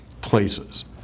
places